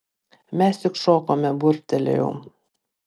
mes tik šokome burbtelėjau